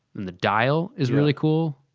and the dial is really cool.